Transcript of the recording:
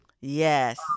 Yes